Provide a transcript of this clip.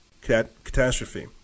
catastrophe